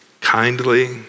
kindly